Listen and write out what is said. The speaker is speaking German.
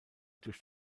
durch